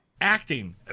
Acting